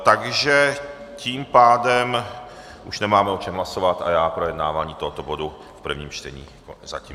Takže tím pádem už nemáme o čem hlasovat a já projednávání tohoto bodu v prvním čtení končím.